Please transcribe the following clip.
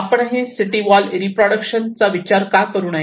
आपणही city wall reproduction चा विचार का करू नये